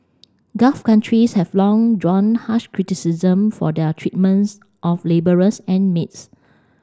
gulf countries have long drawn harsh criticism for their treatments of labourers and maids